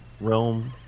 realm